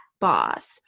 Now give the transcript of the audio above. boss